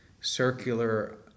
circular